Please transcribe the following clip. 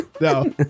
no